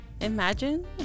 imagine